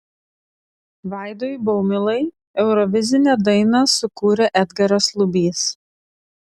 vaidui baumilai eurovizinę dainą sukūrė edgaras lubys